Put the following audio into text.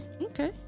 Okay